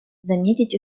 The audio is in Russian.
заметить